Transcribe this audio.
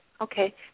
okay